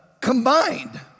combined